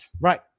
right